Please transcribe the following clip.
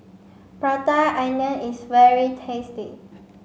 Prata Onion is very tasty